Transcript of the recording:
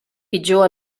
pitjor